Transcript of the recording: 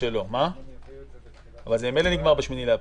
השאלה אם הם יצהירו לפרוטוקול שזה יתוקן במה שיובא ב-8 באפריל.